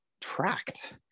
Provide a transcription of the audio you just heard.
Tracked